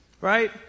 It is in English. right